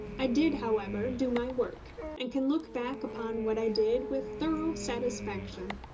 i did, however, do my work, and can look back upon what i did with thorough satisfaction.